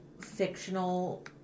fictional